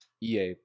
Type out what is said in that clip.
ea